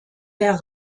der